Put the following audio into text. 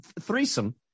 threesome